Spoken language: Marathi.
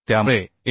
त्यामुळे Mdy